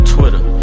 Twitter